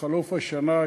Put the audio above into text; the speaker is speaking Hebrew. בחלוף השנה,